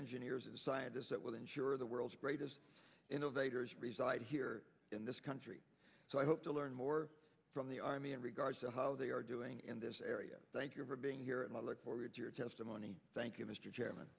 engineers and scientists that will ensure the world's greatest innovators reside here in this country so i hope to learn more from the army in regards to how they are doing in this area thank you for being here and i look forward to your testimony thank you mr chairman